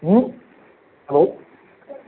hello